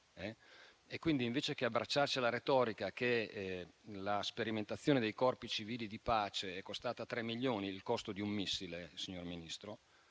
dunque invece che abbracciarci alla retorica (ricordo che la sperimentazione dei corpi civili di pace è costata tre milioni, in pratica il costo di un missile, signor Ministro)